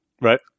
right